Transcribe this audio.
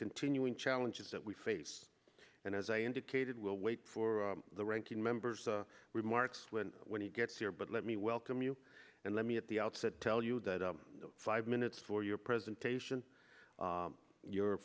continuing challenges that we face and as i indicated we'll wait for the ranking members remarks when when he gets here but let me welcome you and let me at the outset tell you that five minutes for your presentation